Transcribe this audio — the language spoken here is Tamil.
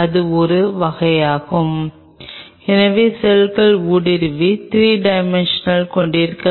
நீங்கள் ஒரு கூடுதல் ஃபோட்டோ எலக்ட்ரான் ஸ்பெக்ட்ரோஸ்கோபியை